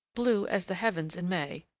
blue as the heavens in may,